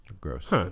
Gross